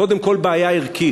קודם כול, בעיה ערכית.